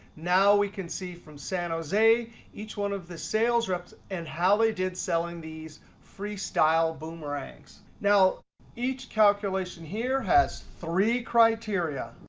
now we can see from san jose each one of the sales reps and how they did selling these freestyle boomerangs. now each calculation here has three criteria.